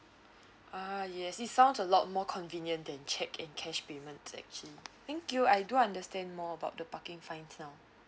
a'ah yes it sounds a lot more convenient then cheque and cash payment actually thank you I do understand more about the parking fines now